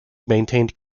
maintained